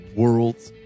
world's